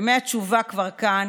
ימי התשובה כבר כאן,